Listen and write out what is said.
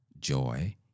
joy